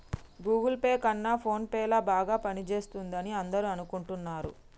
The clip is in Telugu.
గూగుల్ పే కన్నా ఫోన్ పే ల బాగా పనిచేస్తుందని అందరూ అనుకుంటున్నారు